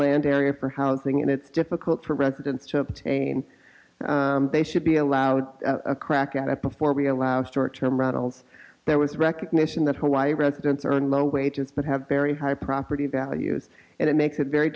land area for housing and it's difficult for residents to obtain they should be allowed a crack at it before we allow short term rattles there was recognition that hawaii residents are low wages but have very high property values and it makes it very